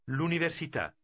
L'università